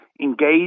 engage